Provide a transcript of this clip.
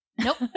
Nope